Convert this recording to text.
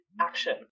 action